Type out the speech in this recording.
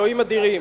אלוהים אדירים,